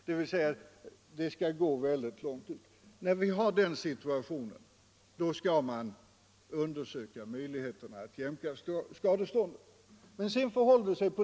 Det skall alltså gå mycket långt för att möjligheten till jämkning av skadestånd skall undersökas.